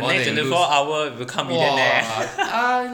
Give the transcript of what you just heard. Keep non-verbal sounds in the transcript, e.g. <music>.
!wah! then you twenty four hour become millionaire <noise>